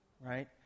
right